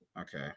Okay